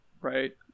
right